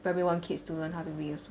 primary one kids to learn how to read also